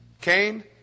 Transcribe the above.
Cain